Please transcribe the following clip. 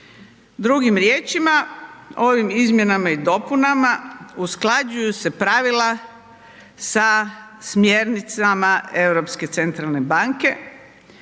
Drugim riječima, ovim izmjenama i dopunama usklađuju se pravila sa smjernicama